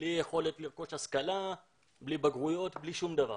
בלי יכולת לרכוש השכלה, בלי בגרויות, בלי שום דבר,